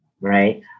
right